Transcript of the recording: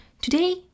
Today